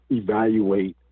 evaluate